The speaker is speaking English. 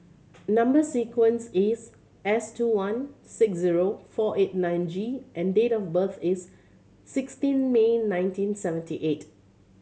number sequence is S two one six zero four eight nine G and date of birth is sixteen May nineteen seventy eight